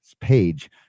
page